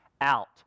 out